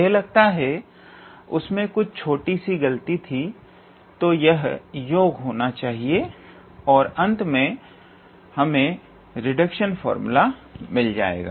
मुझे लगता है उसमें कुछ छोटी सी गलती थी तो यह योग होना चाहिए और अंत में हमें रिडक्शन फार्मूला मिल जाएगा